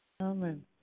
Amen